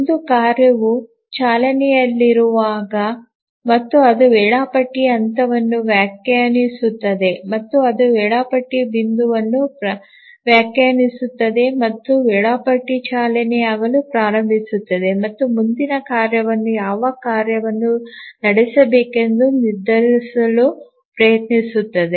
ಒಂದು ಕಾರ್ಯವು ಚಾಲನೆಯಲ್ಲಿರುವಾಗ ಮತ್ತು ಅದು ವೇಳಾಪಟ್ಟಿಯ ಹಂತವನ್ನು ವ್ಯಾಖ್ಯಾನಿಸುತ್ತದೆ ಮತ್ತು ಅದು ವೇಳಾಪಟ್ಟಿ ಬಿಂದುವನ್ನು ವ್ಯಾಖ್ಯಾನಿಸುತ್ತದೆ ಮತ್ತು ವೇಳಾಪಟ್ಟಿ ಚಾಲನೆಯಾಗಲು ಪ್ರಾರಂಭಿಸುತ್ತದೆ ಮತ್ತು ಮುಂದಿನ ಕಾರ್ಯವನ್ನು ಯಾವ ಕಾರ್ಯವನ್ನು ನಡೆಸಬೇಕೆಂದು ನಿರ್ಧರಿಸಲು ಪ್ರಯತ್ನಿಸುತ್ತದೆ